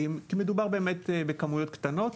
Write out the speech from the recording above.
כי מדובר באמת בכמויות קטנות.